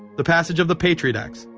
the passage of the patriot acts,